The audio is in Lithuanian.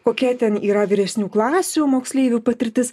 kokia ten yra vyresnių klasių moksleivių patirtis